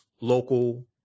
local